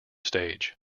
stage